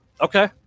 Okay